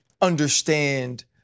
understand